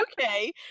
okay